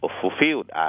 fulfilled